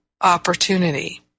opportunity